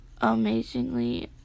Amazingly